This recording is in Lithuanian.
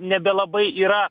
nebelabai yra